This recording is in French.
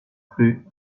plus